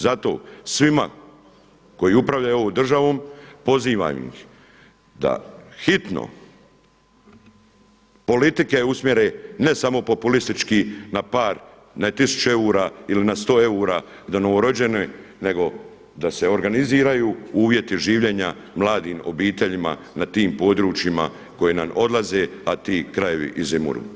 Zato svima koji upravljaju ovom državom pozivam ih da hitno politike usmjere ne samo populistički na par, na tisuće eura ili na 100 eura za novorođene, nego da se organiziraju uvjeti življenja mladim obiteljima na tim područjima koje nam odlaze, a ti krajevi izumiru.